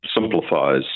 simplifies